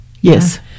Yes